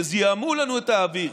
שזיהמו לנו את האוויר,